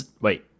Wait